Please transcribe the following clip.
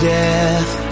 death